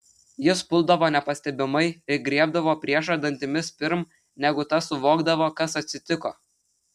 jis puldavo nepastebimai ir griebdavo priešą dantimis pirm negu tas suvokdavo kas atsitiko